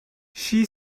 she